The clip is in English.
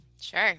Sure